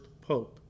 Pope